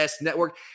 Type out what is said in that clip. Network